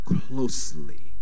closely